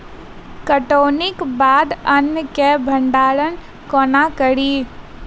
कटौनीक बाद अन्न केँ भंडारण कोना करी?